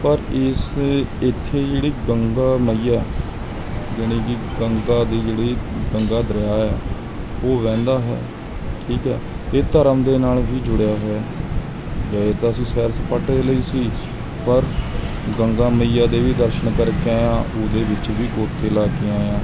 ਪਰ ਇਸ ਇੱਥੇ ਜਿਹੜੀ ਗੰਗਾ ਮਈਆ ਯਾਨੀ ਕਿ ਗੰਗਾ ਦੀ ਜਿਹੜੀ ਗੰਗਾ ਦਰਿਆ ਹੈ ਉਹ ਵਹਿੰਦਾ ਹੈ ਠੀਕ ਹੈ ਇਹ ਧਰਮ ਦੇ ਨਾਲ ਹੀ ਜੁੜਿਆ ਹੋਇਆ ਗਏ ਤਾਂ ਅਸੀਂ ਸੈਰ ਸਪਾਟੇ ਲਈ ਸੀ ਪਰ ਗੰਗਾ ਮਈਆ ਦੇ ਵੀ ਦਰਸ਼ਨ ਕਰਕੇ ਆਏ ਹਾਂ ਉਹਦੇ ਵਿੱਚ ਵੀ ਗੋਤੇ ਲਗਾ ਕੇ ਆਏ ਹਾਂ